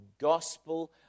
gospel